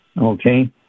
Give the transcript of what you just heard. Okay